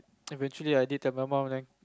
eventually I did tell my mum then